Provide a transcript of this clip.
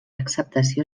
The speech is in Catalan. acceptació